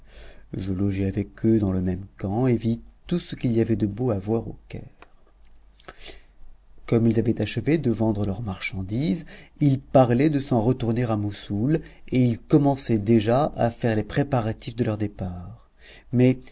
logeai avec eux dans le même khan et vis tout ce qu'il y avait de beau à voir au caire comme ils avaient achevé de vendre leurs marchandises ils parlaient de s'en retourner à moussoul et ils commençaient déjà à faire les préparatifs de leur départ mais